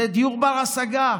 זה דיור בר-השגה,